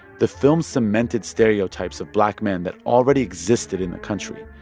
the film cemented stereotypes of black men that already existed in the country.